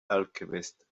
alchemist